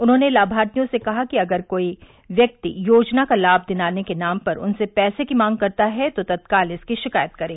उन्होंने लामार्थियों से कहा कि अगर कोई व्यक्ति योजना का लाभ दिलाने के नाम पर उनसे पैसे की मांग करता है तो तत्काल इसकी शिकायत करें